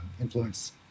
influence